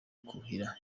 kuhira